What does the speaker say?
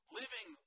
living